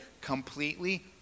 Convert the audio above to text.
completely